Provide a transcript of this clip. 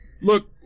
Look